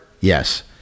Yes